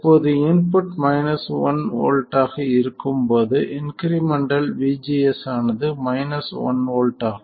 இப்போது input 1 V ஆக இருக்கும் போது இன்க்ரிமெண்டல் vGS ஆனது 1 V ஆகும்